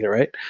right?